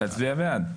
תצביע בעד.